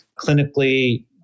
clinically